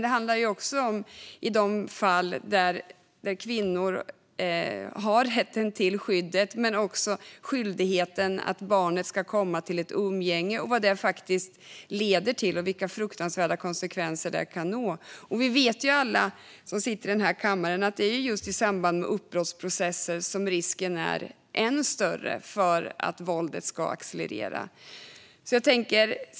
Det handlar också om kvinnor som har rätt till skyddet men som också har skyldigheten att låta barnet få komma till ett umgänge som kan få fruktansvärda konsekvenser. Vi vet alla som sitter i den här kammaren att det är just i samband med uppbrottsprocesser som risken är än större för att våldet ska eskalera.